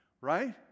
right